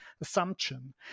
assumption